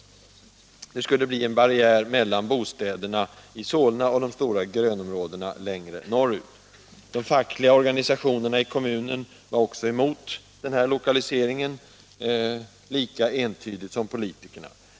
Terminalområdet skulle bli en barriär mellan bostäderna i Solna och de stora grönområdena längre norr ut. Också de fackliga organisationerna i kommunen var emot lokaliseringen, lika entydigt som politikerna.